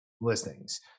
listings